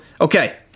Okay